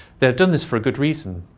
they have done this for a good reason,